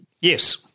Yes